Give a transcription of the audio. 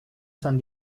san